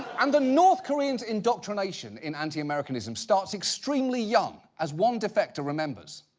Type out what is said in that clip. and the north koreans' indoctrination in anti-americanism starts extremely young, as one defector remembers.